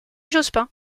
jospin